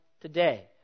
today